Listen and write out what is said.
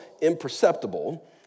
imperceptible